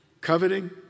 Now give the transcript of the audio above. coveting